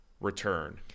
return